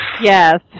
Yes